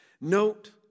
Note